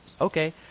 Okay